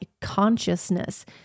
consciousness